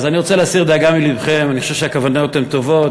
אז אני רוצה להסיר דאגה מלבכם: אני חושב שהכוונות הן טובות,